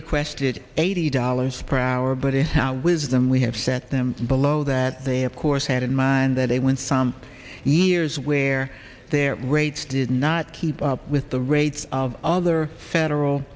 requested eighty dollars per hour but is now with them we have set them below that they of course had in mind that they were in some new years where their rates did not keep up with the rates of all other federal